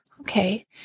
Okay